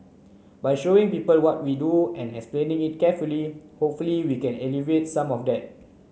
by showing people what we do and explaining it carefully hopefully we can alleviate some of that